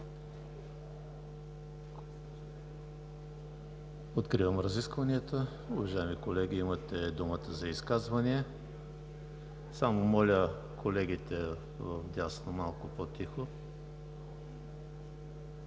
Откривам разискванията. Уважаеми колеги, имате думата за изказвания. Само моля колегите от дясно малко по-тихо.